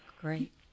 Great